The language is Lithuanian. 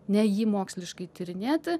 ne jį moksliškai tyrinėti